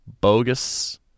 bogus